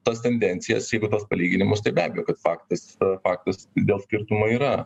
tas tendencijas jeigu tuos palyginimus tai be abejo faktas faktas dėl skirtumų yra